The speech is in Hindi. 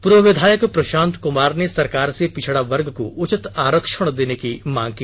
पूर्व विधायक प्रशांत कमार ने सरकार से पिछड़ा वर्ग को उचित आरक्षण देने की मांग की